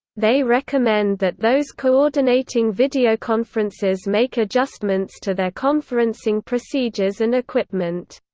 they recommend that those coordinating videoconferences make adjustments to their conferencing procedures and equipment.